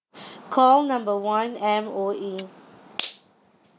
call number one M_O_E